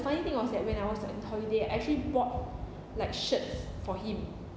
funny thing was that when I was on holiday I actually bought like shirts for him